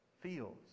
feels